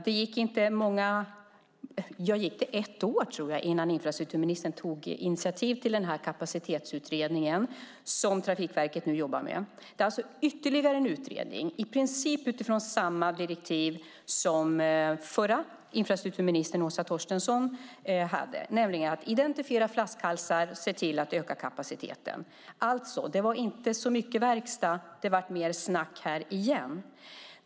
Det gick väl ett år innan infrastrukturministern tog initiativ till Kapacitetsutredningen, som Trafikverket nu jobbar med. Det är alltså ytterligare en utredning, i princip utifrån samma direktiv som förra infrastrukturministern Åsa Torstensson hade, nämligen att identifiera flaskhalsar och se till att öka kapaciteten. Det var alltså inte så mycket verkstad - det var mer snack här igen.